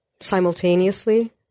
simultaneously